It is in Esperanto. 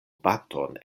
baton